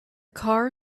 car